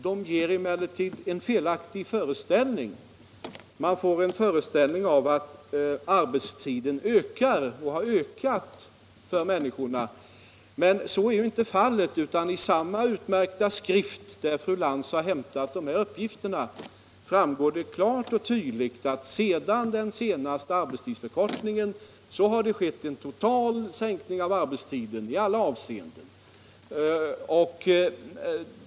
De ger emellertid en felaktig föreställning om att arbetstiden ökar och har ökat för människorna. Men så är inte fallet. I samma utmärkta skrift där fru Lantz har hämtat de här uppgifterna framgår det klart och tydligt att sedan den senaste arbetstidsförkortningen har det skett en total sänkning av arbetstiden i alla avseenden.